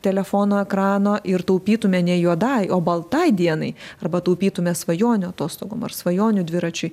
telefono ekrano ir taupytume ne juodai o baltai dienai arba taupytume svajonių atostogom ar svajonių dviračiui